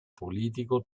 politico